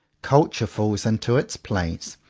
culture falls into its place,